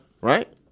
Right